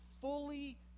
fully